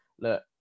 look